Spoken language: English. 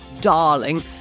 darling